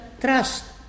trust